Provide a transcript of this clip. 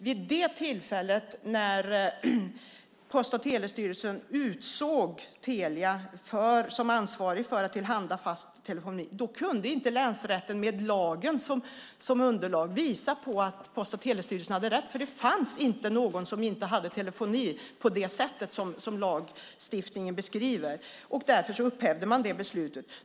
Vid det tillfället när Post och telestyrelsen utsåg Telia som ansvarig för att tillhandahålla fast telefoni kunde inte länsrätten med lagen som underlag visa på att Post och telestyrelsen hade rätt, för det fanns inte någon som inte hade telefoni på det sätt lagstiftningen beskriver. Därför upphävde man det beslutet.